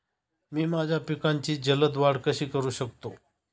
मी माझ्या पिकांची जलद वाढ कशी करू शकतो?